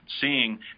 seeing